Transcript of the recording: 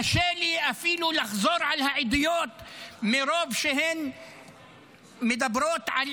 קשה לי אפילו לחזור על העדויות מרוב שהן מדברות על